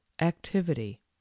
activity